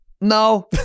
No